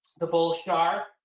the bull shark,